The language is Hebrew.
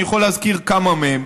ואני יכול להזכיר כמה מהם.